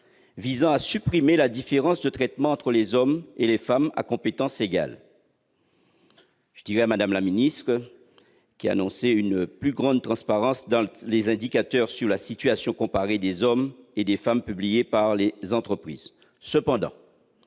visant à supprimer la différence de traitement entre les hommes et les femmes, à compétences égales. Mme la ministre a déjà annoncé une plus grande transparence dans les indicateurs sur la situation comparée des hommes et des femmes publiés par les entreprises.